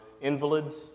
invalids